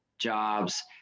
jobs